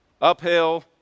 uphill